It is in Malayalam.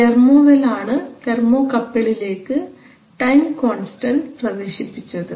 തെർമോവെൽ ആണ് തെർമോകപ്പിളിലേക്ക് ടൈം കോൺസ്റ്റൻറ്റ് പ്രവേശിപ്പിച്ചത്